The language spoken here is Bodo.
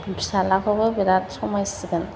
फिसाज्लाखौबो बिराद समायसिगोन